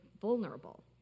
vulnerable